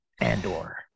Andor